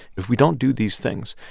if we don't do these things,